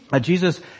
Jesus